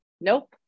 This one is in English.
nope